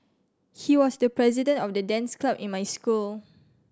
he was the president of the dance club in my school